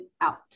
out